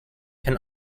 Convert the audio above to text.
can